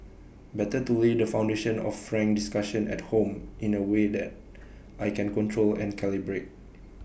better to lay the foundation of frank discussion at home in A way that I can control and calibrate